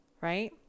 right